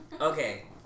Okay